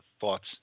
thoughts